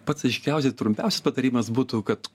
pats aiškiausiai trumpiausias patarimas būtų kad